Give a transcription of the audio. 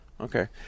Okay